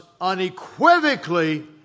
unequivocally